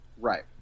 right